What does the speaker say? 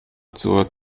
zur